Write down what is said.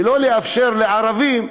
ולא לאפשר לערבים,